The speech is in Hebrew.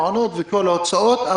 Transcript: מעונות וכל ההוצאות,